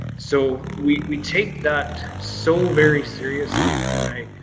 so we take that so very seriously and and i